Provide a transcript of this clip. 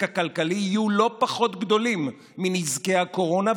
הכלכלי יהיו לא פחות גדולים מנזקי הקורונה,